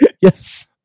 Yes